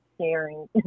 sharing